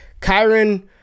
Kyron